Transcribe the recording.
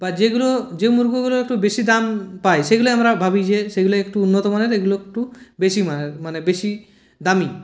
বা যেগুলো যে মুরগিগুলো একটু বেশী দাম পায় সেগুলো আমরা ভাবি যে সেগুলো একটু উন্নত মানের এগুলো একটু বেশী মানের মানে বেশী দামী